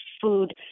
Food